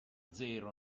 zero